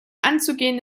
anzugehen